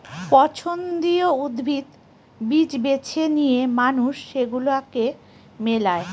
পছন্দীয় উদ্ভিদ, বীজ বেছে নিয়ে মানুষ সেগুলাকে মেলায়